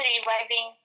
reviving